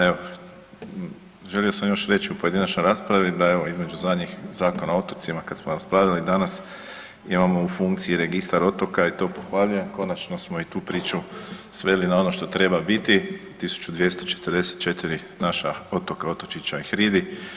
Evo, želio sam još reć u pojedinačnoj raspravi da evo između zadnjih Zakona o otocima kad smo raspravljali danas imamo u funkciji Registar otoka i to pohvaljujem, konačno smo i tu priču sveli na ono što treba biti 1244 naša otoka, otočića i hridi.